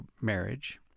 marriage